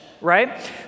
right